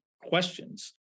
questions